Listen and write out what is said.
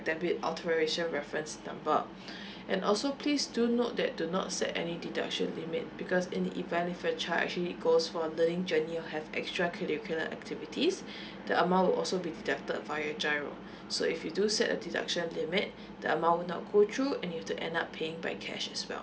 debit alteration reference number and also please do note that do not set any deduction limit because in the event if your child actually goes for learning journey you have extra curricular activities the amount will also be deducted via GIRO so if you do set a deduction limit the amount will not go through and you have to end up paying by cash as well